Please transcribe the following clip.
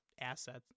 assets